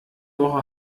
woche